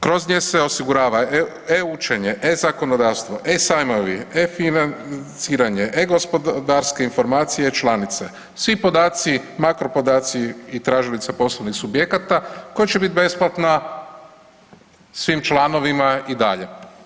Kroz nju se osigurava e-učenje, e-zakonodavstvo, e-sajmovi, e-financiranje, e-gospodarske informacije članice, svi podaci, makro podaci i tražilica poslovnih subjekata koja će biti besplatna svim članovima i dalje.